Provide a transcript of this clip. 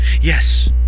Yes